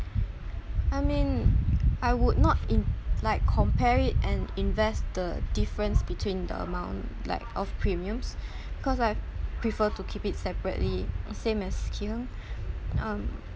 I mean I would not in~ like compare it and invest the difference between the amount like of premiums cause I prefer to keep it separately is same as um